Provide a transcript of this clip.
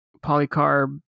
polycarb